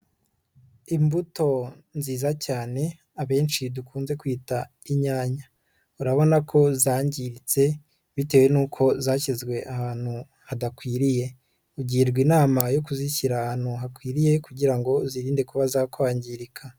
Imbuto nziza cyane abenshi dukunze kwita inyanya, urabona ko zangiritse bitewe n'uko zashyizwe ahantu hadakwiriye, ugirwa inama yo kuzishyira ahantu hakwiriye kugira ngo uzirinde kuba zakwangirika.